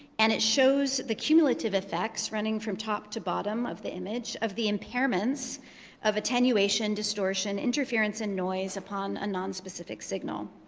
and it shows the cumulative effects, running from top to bottom of the image, of the impairments of attenuation, distortion, interference, and noise upon a nonspecific signal.